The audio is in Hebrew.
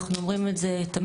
אנחנו אומרים את זה תמיד.